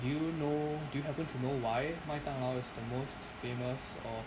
do you know do you happen to know why 麦当劳 is the most famous of